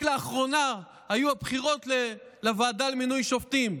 רק לאחרונה היו הבחירות לוועדה למינוי שופטים,